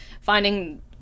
finding